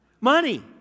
Money